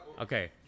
Okay